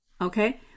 okay